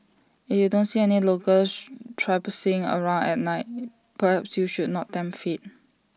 if you don't see any locals traipsing around at night perhaps you should not tempt fate